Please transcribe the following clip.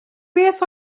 beth